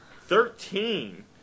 Thirteen